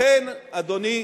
לכן, אדוני,